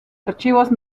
archivos